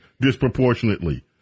disproportionately